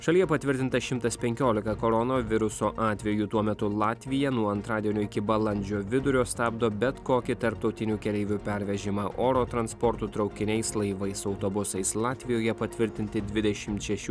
šalyje patvirtinta šimtas penkiolika koronaviruso atvejų tuo metu latvija nuo antradienio iki balandžio vidurio stabdo bet kokį tarptautinių keleivių pervežimą oro transportu traukiniais laivais autobusais latvijoje patvirtinti dvidešimt šeši